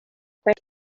front